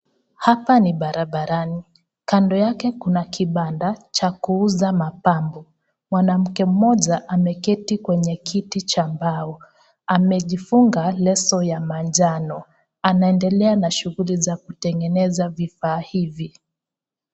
Hapa ni barabara, kando yake kuna kibanda cha kuuza mapambo. Mwanamke mmoja ameketi kwenye kiti cha mbao. Amejifunga leso ya manjano, anaendelea na shughuli za kutengeneza vifaa hivi.